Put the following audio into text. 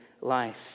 life